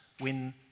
win